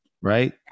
Right